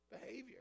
behavior